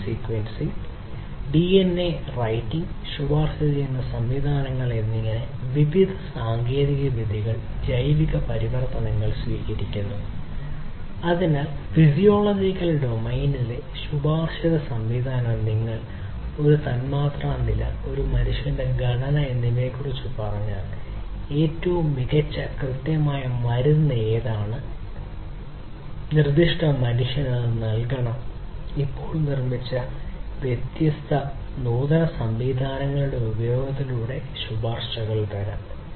gene sequencing DNA writing ശുപാർശ ചെയ്യുന്ന സംവിധാനങ്ങൾ എന്നിങ്ങനെ വിവിധ സാങ്കേതികവിദ്യകൾ ജൈവിക പരിവർത്തനങ്ങൾ സ്വീകരിക്കുന്നു അതിനാൽ ഫിസിയോളജിക്കൽ ഡൊമെയ്നിലെ ശുപാർശിത സംവിധാനം നിങ്ങൾ ഒരു തന്മാത്രാ നില ഒരു മനുഷ്യന്റെ ഘടന എന്നിവയെക്കുറിച്ച് പറഞ്ഞാൽ ഏറ്റവും മികച്ച കൃത്യമായ മരുന്ന് ഏതാണ് നിർദ്ദിഷ്ട മനുഷ്യന് നൽകണം ഇപ്പോൾ നിർമ്മിച്ച വ്യത്യസ്ത നൂതന സംവിധാനങ്ങളുടെ ഉപയോഗത്തിലൂടെ ശുപാർശകൾ വരാം